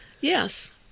Yes